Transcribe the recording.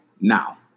now